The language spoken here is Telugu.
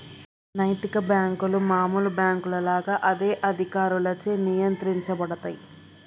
నైతిక బ్యేంకులు మామూలు బ్యేంకుల లాగా అదే అధికారులచే నియంత్రించబడతయ్